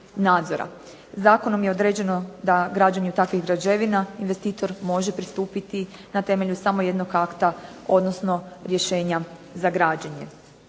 Zakonom je određeno da građenju od takvih građevina investitor može pristupiti na temelju samo jednog akta, odnosno rješenja za građenje.